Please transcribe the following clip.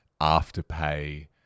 Afterpay